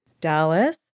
Dallas